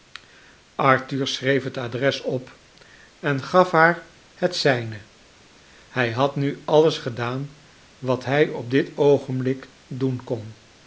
arthur schreef het adres op en gaf haar het zijne hij had nu alles gedaan wat hij op dit oogenblik doen kon